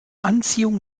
anziehung